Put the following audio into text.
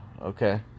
okay